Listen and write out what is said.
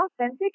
authentic